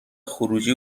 خروجی